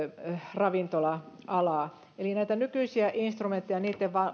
ravintola alaa eli näitä nykyisiä instrumentteja ja niitten